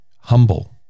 humble